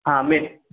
हां मेन